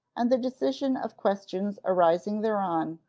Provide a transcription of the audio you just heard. and the decision of questions arising thereon,